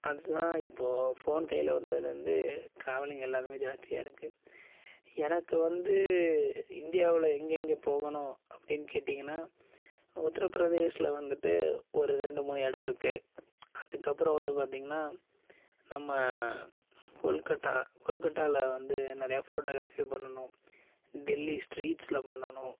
அதுதான் இப்போது ஃபோன் கையில் வந்ததுலேருந்து டிராவலிங் எல்லாமே ஜாஸ்தியாக இருக்குது எனக்கு வந்து இந்தியாவில் எங்கெங்கே போகணும் அப்படின்னு கேட்டீங்கன்னால் உத்திரப்பிரதேஷ்ல வந்துட்டு ஒரு ரெண்டு மூணு இடம் இருக்குது அதுக்கப்புறம் வந்து பார்த்தீங்கன்னா நம்ம கொல்கட்டா கொல்கட்டாவில் வந்து நிறையா ஃபோட்டோகிராஃபி பண்ணணும் டெல்லி ஸ்ட்ரீட்ஸில் பண்ணணும்